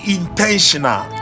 intentional